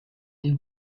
they